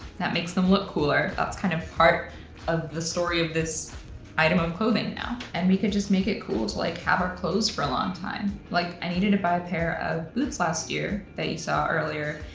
that makes them look cooler. that's kind of part of the story of this item of clothing now, and we could just make it cool to like have our clothes for a long time. like i needed to buy a pair of boots last year that you saw earlier,